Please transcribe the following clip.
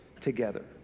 together